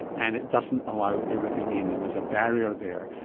and it doesn't allow everything in, and there's a barrier there.